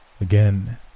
Again